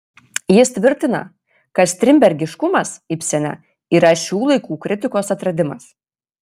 jis tvirtina kad strindbergiškumas ibsene yra šių laikų kritikos atradimas